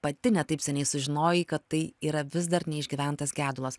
pati ne taip seniai sužinojai kad tai yra vis dar neišgyventas gedulas